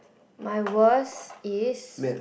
my worst is